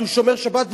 הוא שומר שבת,